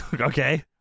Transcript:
Okay